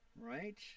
right